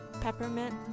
peppermint